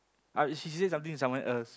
uh she she said something to someone else